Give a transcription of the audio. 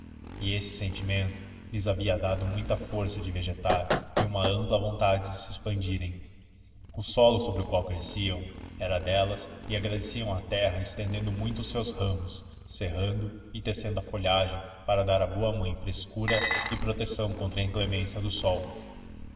e esse sentimento lhes havia dado muita força de vegetar e uma ampla vontade de se expandirem o solo sobre o qual cresciam era delas e agradeciam à terra estendendo muito os seus ramos cerrando e tecendo a folhagem para dar à boa mãe frescura e proteção contra a inclemência do sol